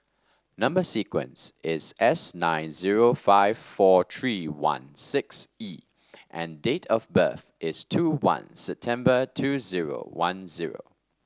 number sequence is S nine zero five four three one six E and date of birth is two one September two zero one zero